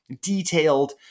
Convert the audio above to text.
detailed